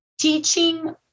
teaching